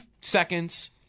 seconds